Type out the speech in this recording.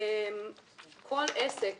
כל עסק